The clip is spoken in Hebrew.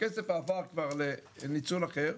הכסף עבר כבר לניצול אחר,